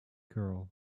girl